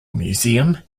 museum